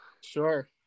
Sure